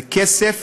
זה כסף